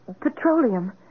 petroleum